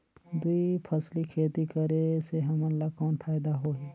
दुई फसली खेती करे से हमन ला कौन फायदा होही?